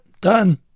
done